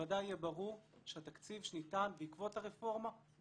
בוודאי יהיה ברור שהתקציב שניתן בעקבות הרפורמה הוא